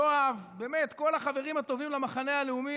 יואב, באמת, כל החברים הטובים למחנה הלאומי.